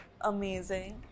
amazing